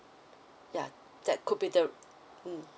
ya that could be the mm